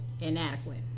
inadequate